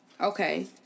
Okay